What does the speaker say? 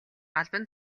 албан